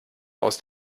aus